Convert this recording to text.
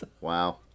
Wow